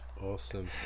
Awesome